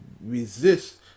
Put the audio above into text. resist